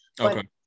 okay